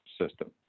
system